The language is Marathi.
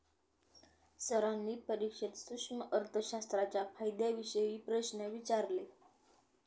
सरांनी परीक्षेत सूक्ष्म अर्थशास्त्राच्या फायद्यांविषयी प्रश्न विचारले